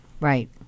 right